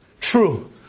True